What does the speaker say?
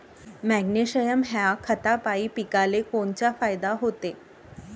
Magnesium ह्या खतापायी पिकाले कोनचा फायदा होते?